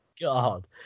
god